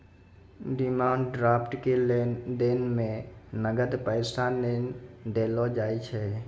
demand draft के लेन देन मे नगद पैसा नै देलो जाय छै